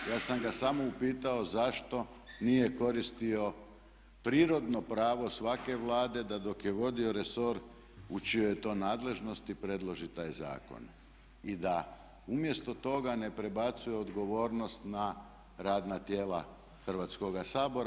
Ja sam ga samo upitao zašto nije koristio prirodno pravo svake Vlade da dok je vodio resor u čijoj je to nadležnosti predloži taj zakon i da umjesto toga ne prebacuje odgovornost na radna tijela Hrvatskoga sabora.